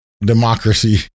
democracy